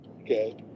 Okay